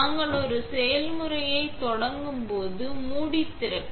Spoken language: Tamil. நாங்கள் ஒரு செயல்முறையைத் தொடங்கும்போது மூடி திறக்க